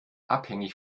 abhängig